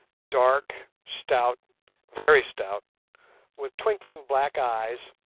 dark, stout very stout with twinkling black eyes,